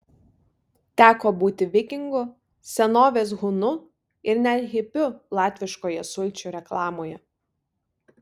teko būti vikingu senovės hunu ir net hipiu latviškoje sulčių reklamoje